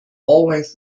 always